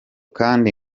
kandi